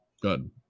Good